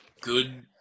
good